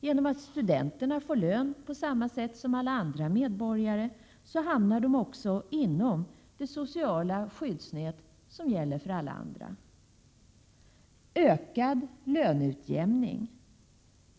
Genom att studenterna får lön på samma sätt som andra medborgare hamnar de också inom det sociala skyddsnät som gäller för alla. e Ökad löneutjämning.